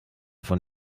von